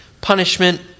punishment